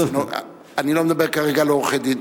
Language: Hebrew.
אני לא מדבר כרגע על עורכי-דין.